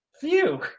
Phew